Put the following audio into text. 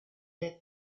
der